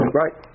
right